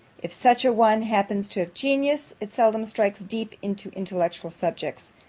if such a one happens to have genius, it seldom strikes deep into intellectual subjects.